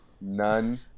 None